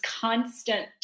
constant